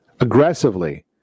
aggressively